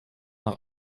nach